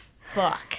fuck